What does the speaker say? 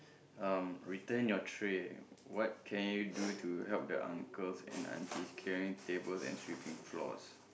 um return your tray what can you do to help the uncle and aunties clearing tables and sweeping floors